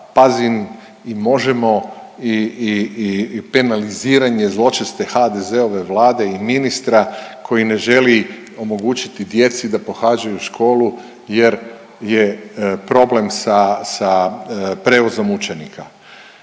Pazin i Možemo! i penaliziranje zločeste HDZ-ove Vlade i ministra koji ne želi omogućiti djeci da pohađaju školu jer je problem sa, sa prijevozom učenika.